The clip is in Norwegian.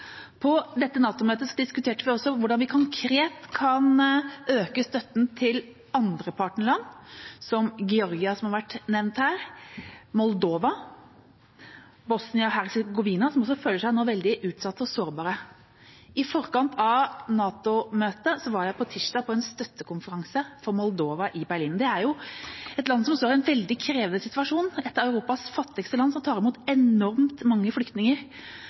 På dette NATO-møtet diskuterte vi også hvordan vi konkret kan øke støtten til andre partnerland, som Georgia, som har vært nevnt her, Moldova, Bosnia-Hercegovina, som også føler seg veldig utsatte og sårbare nå. I forkant av NATO-møtet var jeg på tirsdag på en støttekonferanse for Moldova i Berlin. Det er et land som står i en veldig krevende situasjon. Det er et Europas fattigste land, og de tar imot enormt mange flyktninger.